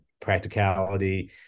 Practicality